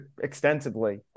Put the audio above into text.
extensively